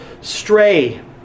stray